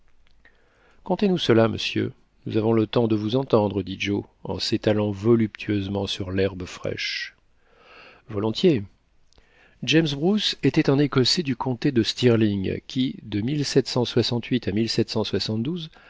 contez nous cela monsieur nous avons le temps de vous entendre dit joe en s'étalant voluptueusement sur l'herbe fraîche volontiers james bruce était un écossais du comté de stirling qui de à